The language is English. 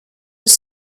were